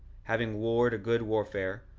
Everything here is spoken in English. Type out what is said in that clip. having warred a good warfare,